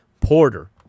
Porter